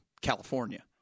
California